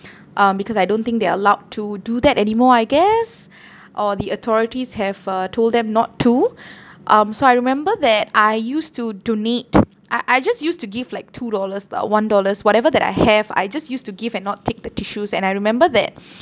um because I don't think they're allowed to do that anymore I guess or the authorities have uh told them not to um so I remember that I used to donate I I just used to give like two dollars lah one dollars whatever that I have I just used to give and not take the tissues and I remember that